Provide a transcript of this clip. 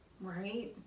Right